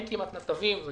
אין כמעט נתבים, זה